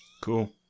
Cool